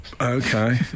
Okay